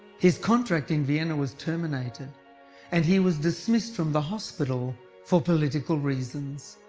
his contract in vienna was terminated and he was dismissed from the hospital for political reasons.